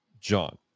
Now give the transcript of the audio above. John